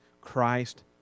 Christ